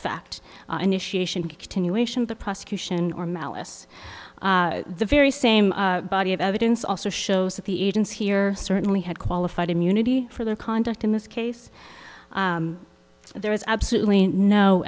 fact initiation continuation of the prosecution or malice the very same body of evidence also shows that the agents here certainly had qualified immunity for their conduct in this case there was absolutely no